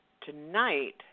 tonight